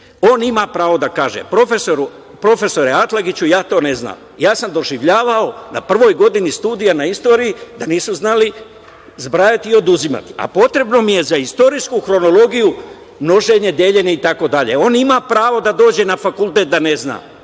On ima pravo da kaže profesoru - profesore Atlagiću, ja to ne znam. Ja sam doživljavao na prvoj godini studija, na istoriji, da nisu znali zbrajati i oduzimati, a potrebno mi je za istorijsku hronologiju množenje, deljenje, itd. On ima pravo da dođe na fakultet da ne zna.